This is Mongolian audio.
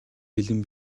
бэлэн